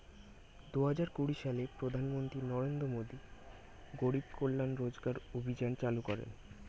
দুহাজার কুড়ি সালে প্রধানমন্ত্রী নরেন্দ্র মোদী গরিব কল্যাণ রোজগার অভিযান চালু করেন